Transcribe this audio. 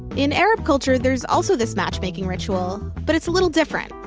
in arab culture, there's also this matchmaking ritual. but it's a little different.